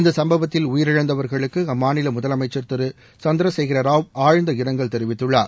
இந்த சம்பவத்தில் உயிரிழந்தவர்களுக்கு அம்மாநில முதலமைச்சர் திரு கே சந்திரசேகர ராவ் ஆழ்ந்த இரங்கல் தெரிவித்துள்ளார்